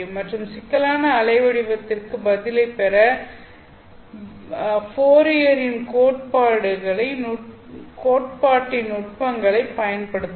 மற்றும் சிக்கலான அலை வடிவத்திற்கு பதிலைப் பெற ஃபோரியரின் Fourier's கோட்பாட்டின் நுட்பங்களைப் பயன்படுத்தலாம்